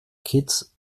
kitts